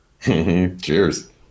Cheers